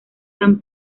san